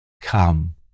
Come